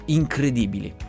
incredibili